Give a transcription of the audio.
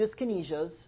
dyskinesias